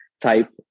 type